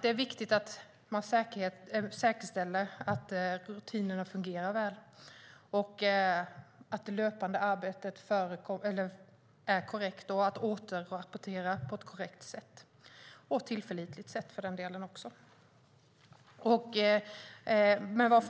Det är viktigt att man säkerställer att rutinerna fungerar väl och att det löpande arbetet är korrekt och återrapporteras på ett korrekt och tillförlitligt sätt.